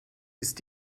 ist